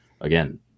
again